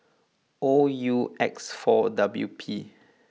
O U X four W P